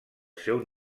seu